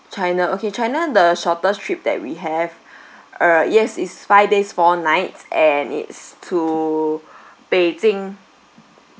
china okay china the shortest trip that we have uh yes it's five days four nights and it's to beijing